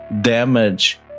damage